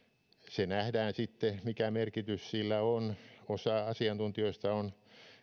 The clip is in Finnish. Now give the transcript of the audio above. se nähdään sitten mikä merkitys sillä on osa asiantuntijoista on